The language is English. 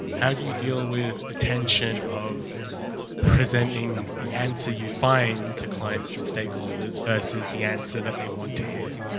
how do you deal with the tension of presenting the answer you find to clients and stakeholders versus the answer that they want to hear?